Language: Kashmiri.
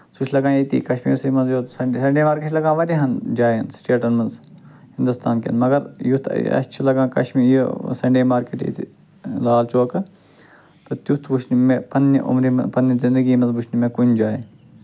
سُہ چھُ لَگان ییٚتی کَشمیٖرَس منٛزٕے یوٚت سَنٛڈے سَنٛڈے مارکٮ۪ٹ چھُ لگان واریاہَن جایَن سِٹیٹَن منٛز ہِندوستان کٮ۪ن مَگر یُتھ اَسہِ چھُ لَگان کشمیٖر یہِ سَنٛڈے مارکٮ۪ٹ ییٚتہِ لال چوکہٕ تہٕ تٮُ۪تھ وُچھ نہٕ مےٚ پَنٕنہِ عُمرِ منٛز پَنٕنہِ زِنٛدگی منٛز وُچھ نہٕ مےٚ کُنہِ جایہِ